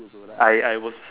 K so like I I was